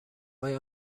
های